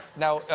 now,